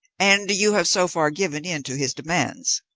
and you have so far given in to his demands?